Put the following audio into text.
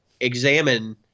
examine